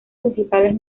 principales